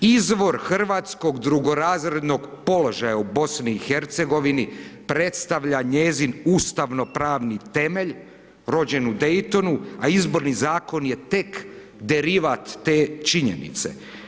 Izvor hrvatskog drugorazrednog položaja u BiH-u predstavlja njezin ustavno-pravni temelj rođen u Daytonu a Izborni zakon je tek derivat te činjenice.